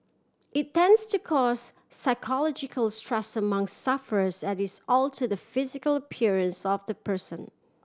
it tends to cause psychological stress among sufferers as it alter the physical appearance of the person